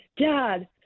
Dad